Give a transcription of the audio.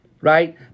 right